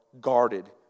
guarded